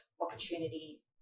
opportunity